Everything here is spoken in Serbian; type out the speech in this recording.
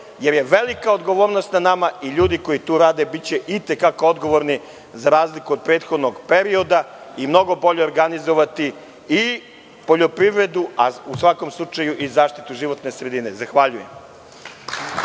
jer je velika odgovornost na nama i ljudi koji tu rade biće i te kako odgovorni za razliku od prethodnog perioda i mnogo bolje organizovati i poljoprivredu, a u svakom slučaju i zaštitu životne sredine. Zahvaljujem.